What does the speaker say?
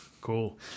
Cool